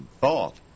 Thought